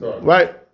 Right